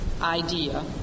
idea